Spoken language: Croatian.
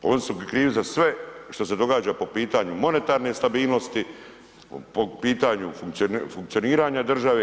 Oni su krivi za sve što se događa po pitanju monetarne stabilnosti, po pitanju funkcioniranja države.